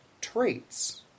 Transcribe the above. traits